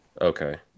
Okay